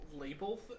Label